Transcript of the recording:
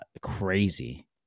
crazy